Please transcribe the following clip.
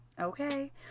Okay